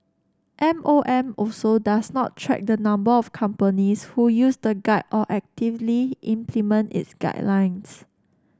M O M also does not track the number of companies who use the guide or actively implement its guidelines